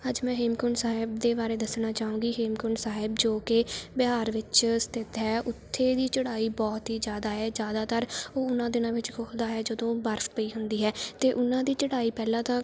ਅੱਜ ਮੈਂ ਹੇਮਕੁੰਟ ਸਾਹਿਬ ਦੇ ਬਾਰੇ ਦੱਸਣਾ ਚਾਹੂੰਗੀ ਹੇਮਕੁੰਟ ਸਾਹਿਬ ਜੋ ਕਿ ਬਿਹਾਰ ਵਿੱਚ ਸਥਿਤ ਹੈ ਉੱਥੇ ਦੀ ਚੜ੍ਹਾਈ ਬਹੁਤ ਹੀ ਜ਼ਿਆਦਾ ਹੈ ਜ਼ਿਆਦਾਤਰ ਉਹਨਾਂ ਦਿਨਾਂ ਵਿੱਚ ਖੁੱਲਦਾ ਹੈ ਜਦੋਂ ਬਰਫ ਪਈ ਹੁੰਦੀ ਹੈ ਅਤੇ ਉਹਨਾਂ ਦੀ ਚੜ੍ਹਾਈ ਪਹਿਲਾਂ ਤਾਂ